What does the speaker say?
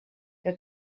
que